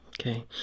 Okay